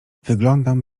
wyglądam